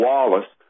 Wallace